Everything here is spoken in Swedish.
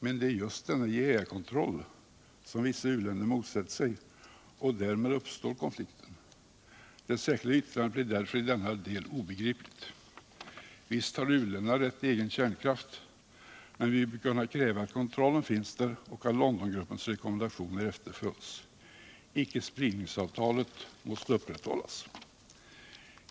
Men det är just denna IAEA-kontroll som vissa u-länder motsätter sig, och därmed uppstår konflikten. Det särskilda yttrandet blir därför i denna del obegripligt. Visst har u-länderna rätt till egen kärnkraft, men vi bör kunna kräva att kontrollen finns där och att Londongruppens rekommendationer eherföljs. Icke-spridningsavtalet måste upprätthållas.